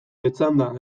etzanda